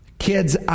Kids